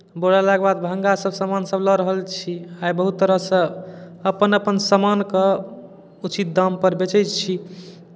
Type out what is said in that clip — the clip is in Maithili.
बोरा लेलाके बाद महंगा सभसामान लऽ रहल छी आइ बहुत तरहसँ अपन अपन सामानकेँ उचित दामपर बेचै छी